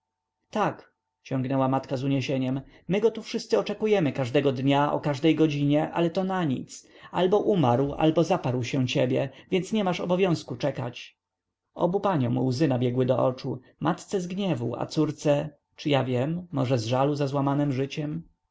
tak ciągnęła matka z uniesieniem my go tu wszyscy oczekujemy każdego dnia o każdej godzinie ale to nanic albo umarł albo zaparł się ciebie więc nie masz obowiązku czekać obu paniom łzy nabiegły do oczu matce z gniewu a córce czy ja wiem może z żalu za złamanem życiem